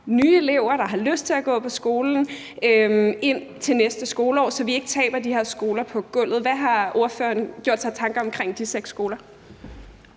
nye elever, der har lyst til at gå på skolen, ind til næste skoleår, så vi ikke taber de her skoler på gulvet. Hvad har ordføreren gjort sig af tanker omkring de seks skoler?